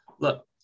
Look